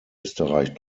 österreich